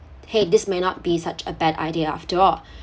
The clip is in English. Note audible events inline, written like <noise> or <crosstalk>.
!hey! this may not be such a bad idea after all <breath>